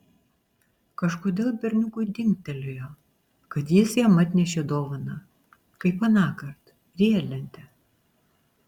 kažkodėl berniukui dingtelėjo kad jis jam atnešė dovaną kaip anąkart riedlentę